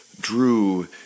drew